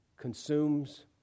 consumes